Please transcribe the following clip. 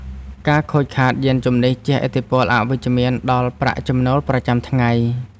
ការខូចខាតយានជំនិះជះឥទ្ធិពលអវិជ្ជមានដល់ប្រាក់ចំណូលប្រចាំថ្ងៃ។